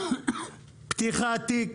פתיחת תיק